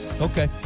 Okay